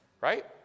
Right